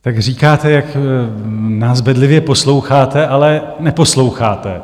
Tak říkáte, jak nás bedlivě posloucháte, ale neposloucháte.